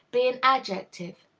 be an adjective?